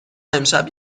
امشب